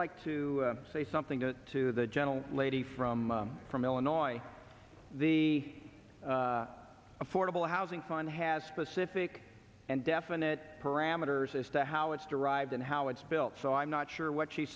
like to say something to to the gentle lady from from illinois the affordable housing sign has specific and definite parameters as to how it's derived and how it's built so i'm not sure what she's